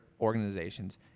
organizations